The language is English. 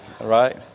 right